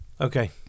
Okay